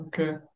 Okay